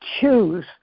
choose